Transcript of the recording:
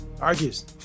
Argues